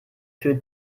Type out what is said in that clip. für